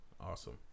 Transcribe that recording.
awesome